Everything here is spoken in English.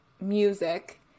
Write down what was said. music